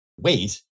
wait